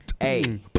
Hey